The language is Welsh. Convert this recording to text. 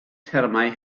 termau